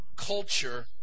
culture